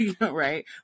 right